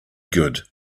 good